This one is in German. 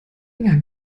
enger